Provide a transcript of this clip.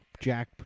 Jack